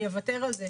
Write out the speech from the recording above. אני אוותר על זה,